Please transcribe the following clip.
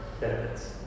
benefits